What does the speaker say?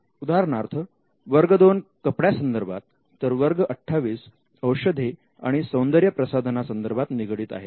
उदाहरणार्थ वर्ग 2 कपड्यां संदर्भात तर वर्ग 28 औषधे आणि सौंदर्यप्रसाधनं संदर्भात निगडित आहे